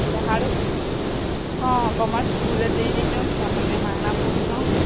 ହେଲେ ହାଡ଼ ହଁ କମର୍ସ ସ୍କୁଲରେ ଦେଇଦେଚନ୍ ଛୁଆମାନେ ମାଗଣା ପଢ଼ୁଚନ୍